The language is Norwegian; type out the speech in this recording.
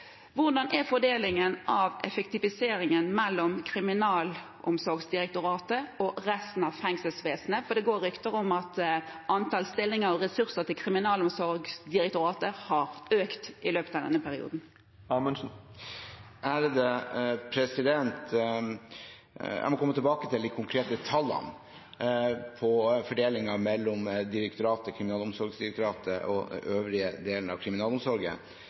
Hvordan er fordelingen av effektiviseringen mellom Kriminalomsorgsdirektoratet og resten av fengselsvesenet, for det går rykter om at antall stillinger og ressurser til Kriminalomsorgsdirektoratet har økt i løpet av denne perioden? Jeg må komme tilbake til de konkrete tallene for fordelingen mellom Kriminalomsorgsdirektoratet og øvrige deler av kriminalomsorgen.